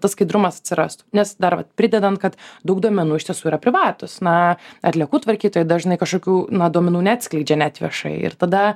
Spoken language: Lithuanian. tas skaidrumas atsirastų nes dar vat pridedant kad daug duomenų iš tiesų yra privatūs na atliekų tvarkytojai dažnai kažkokių na duomenų neatskleidžia net viešai ir tada